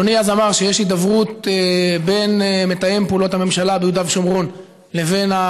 אדוני אמר אז שיש הידברות בין מתאם פעולות הממשלה ביהודה ושומרון לבין,